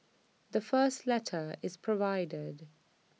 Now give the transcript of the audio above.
the first letter is provided